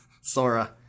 Sora